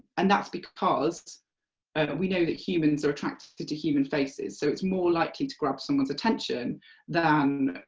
and that's because we know that humans are attracted to to human faces, so it's more likely to grab someone's attention than